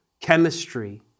chemistry